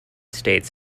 states